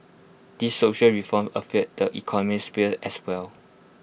these social reforms affect the economic sphere as well